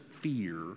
fear